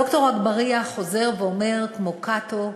ד"ר אגבאריה חוזר ואומר כמו קאטו,